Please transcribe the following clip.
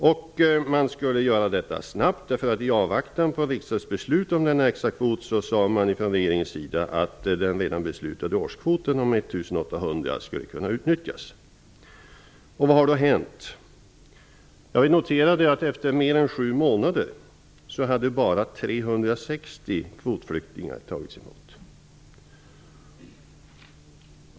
Detta skulle göras snabbt. I avvaktan på riksdagsbeslut om denna extrakvot sade man från regeringens sida att den redan beslutade årskvoten om 1 800 skulle kunna utnyttjas. Vad har då hänt? Vi noterade att bara 360 kvotflyktingar hade tagits emot efter mer än sju månader.